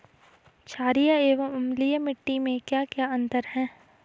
छारीय एवं अम्लीय मिट्टी में क्या क्या अंतर हैं?